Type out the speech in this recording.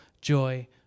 joy